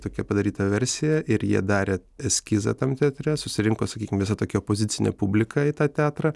tokia padaryta versija ir jie darė eskizą tam teatre susirinko sakykim visa tokia opozicinė publika į tą teatrą